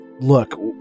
look